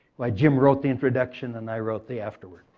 like jim wrote the introduction, and i wrote the afterward.